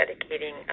dedicating